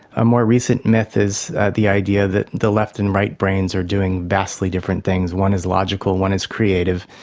a more recent myth is the idea that the left and right brains are doing vastly different things, one is logical and one is creative.